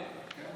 כן.